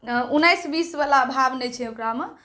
उन्नीस बीस वला भाव नहि छै ओकरामे